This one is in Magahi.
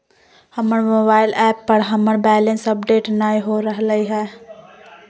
हमर मोबाइल ऐप पर हमर बैलेंस अपडेट नय हो रहलय हें